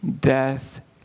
death